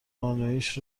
زانویش